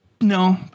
no